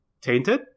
tainted